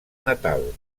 natal